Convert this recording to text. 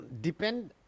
Depend